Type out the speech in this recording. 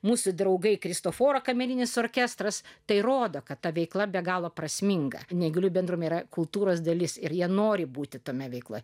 mūsų draugai kristoforo kamerinis orkestras tai rodo kad ta veikla be galo prasminga neįgaliųjų bendram yra kultūros dalis ir jie nori būti tame veikloje